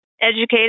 educated